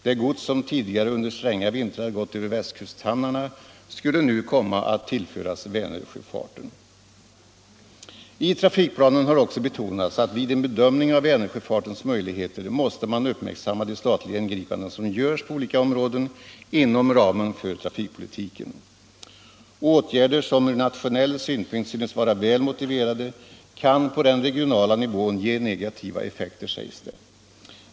Det gods som tidigare under stränga vintrar gått över västkusthamnarna skulle nu komma att tillföras Vä I trafikplanen har också betonats att vid en bedömning av Vänersjöfartens möjligheter måste man uppmärksamma de statliga ingripanden som görs på olika områden inom ramen för trafikpolitiken. Åtgärder som ur nationell synpunkt synes vara väl motiverade kan på den regionala nivån ge negativa effekter, sägs det.